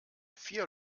vier